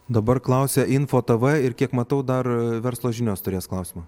dabar klausia info tv ir kiek matau dar verslo žinios turės klausimą